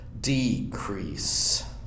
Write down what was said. decrease